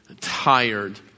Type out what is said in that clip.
tired